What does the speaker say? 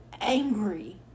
angry